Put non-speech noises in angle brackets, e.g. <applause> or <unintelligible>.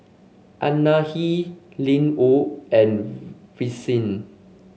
Anahi Linwood and <unintelligible> Vicie